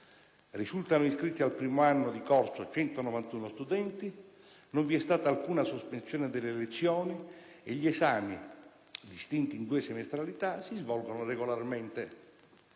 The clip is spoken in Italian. risultano iscritti al primo anno di corso 191 studenti, non vi è stata alcuna sospensione delle lezioni e gli esami, distinti in due semestralità, si svolgono regolarmente.